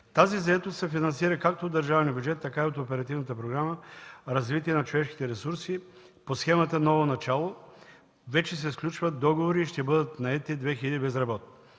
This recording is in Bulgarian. Тази заетост се финансира както от държавния бюджет, така и от Оперативна програма „Развитие на човешките ресурси”. По схемата „Ново начало” вече се сключват договори и ще бъдат наети 2000 безработни.